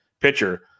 pitcher